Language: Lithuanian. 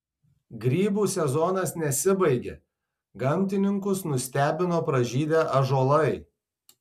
grybų sezonas nesibaigia gamtininkus nustebino pražydę ąžuolai